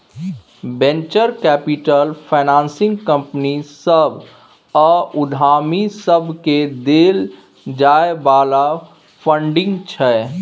venture capital financing company सभ आ उद्यमी सबकेँ देल जाइ बला फंडिंग छै